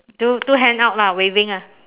two two hand out lah waving ah